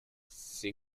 ses